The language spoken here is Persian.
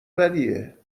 بدیه